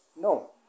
No